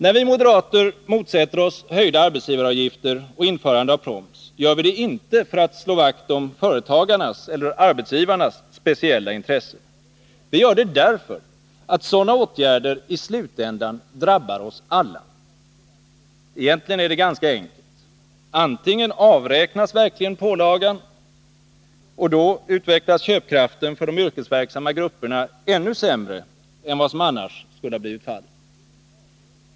När vi moderater motsätter oss höjda arbetsgivaravgifter och införande av proms, gör vi det inte för att slå vakt om företagarnas eller arbetsgivarnas speciella intressen. Vi gör det därför att sådana åtgärder i slutändan drabbar oss alla. Egentligen är det ganska enkelt. Antingen avräknas verkligen pålagan, och då utvecklas köpkraften för de yrkesverksamma grupperna ännu sämre än vad som annars skulle ha blivit fallet.